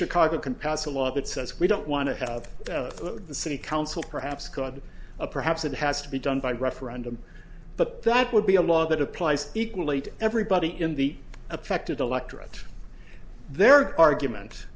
chicago can pass a law that says we don't want to have the city council perhaps god perhaps it has to be done by referendum but that would be a law that applies equally to everybody in the affected electorate there argument